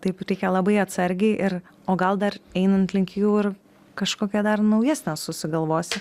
taip reikia labai atsargiai ir o gal dar einant link jų ir kažkokią dar naujesnę susigalvosi